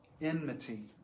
Enmity